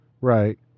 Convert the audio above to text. Right